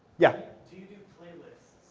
yeah do you do playlists?